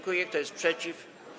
Kto jest przeciw?